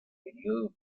período